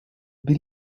bill